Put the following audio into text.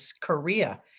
Korea